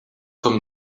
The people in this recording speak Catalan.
com